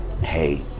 Hey